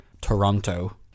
toronto